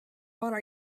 brought